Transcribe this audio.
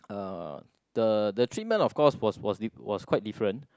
uh the the treatment of course was was was quite different